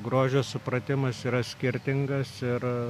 grožio supratimas yra skirtingas ir